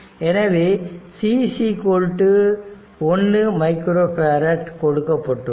எனவே c 1 microfarad கொடுக்கப்பட்டுள்ளது